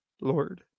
Lord